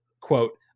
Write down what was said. quote